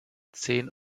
zehn